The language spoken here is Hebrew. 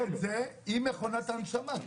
צריך להכליל את זה עם מכונת ההנשמה,